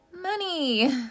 money